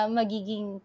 magiging